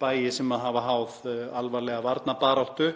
bæi sem hafa háð alvarlega varnarbaráttu